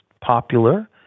popular